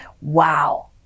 Wow